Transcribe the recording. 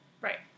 Right